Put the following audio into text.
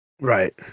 right